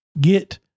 get